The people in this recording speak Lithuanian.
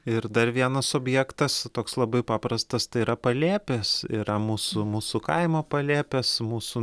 ir dar vienas objektas toks labai paprastas tai yra palėpės yra mūsų mūsų kaimo palėpės mūsų